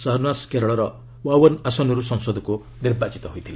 ସହନୱାସ୍ କେରଳର ୱାଅନ ଆସନରୁ ସଂସଦକୁ ନିର୍ବାଚିତ ହୋଇଥିଲେ